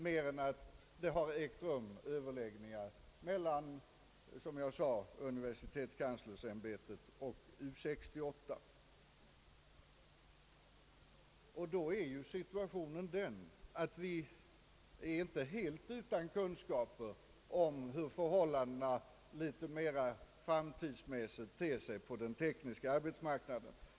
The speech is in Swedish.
Det står bara att överläggningar skett mellan, som jag sade, universitetskanslersämbetet och U 68. Vi är dock inte helt utan kunskaper om hur förhållandena litet mera framtidsmässigt ter sig på den tekniska arbetsmarknaden.